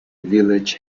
village